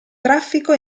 traffico